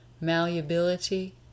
malleability